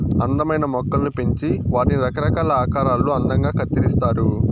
అందమైన మొక్కలను పెంచి వాటిని రకరకాల ఆకారాలలో అందంగా కత్తిరిస్తారు